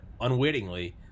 unwittingly